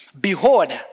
behold